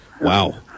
Wow